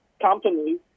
companies